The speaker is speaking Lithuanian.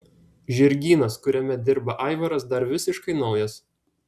žirgynas kuriame dirba aivaras dar visiškai naujas